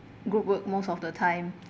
good work most of the time